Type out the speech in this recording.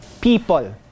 people